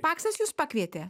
paksas jus pakvietė